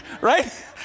Right